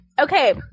Okay